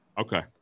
Okay